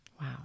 Wow